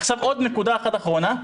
עוד נקודה אחת אחרונה.